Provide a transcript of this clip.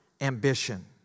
ambition